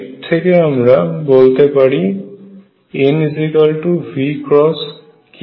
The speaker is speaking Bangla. এর থেকে আমরা বলতে পারি NV×kF332